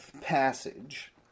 passage